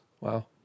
wow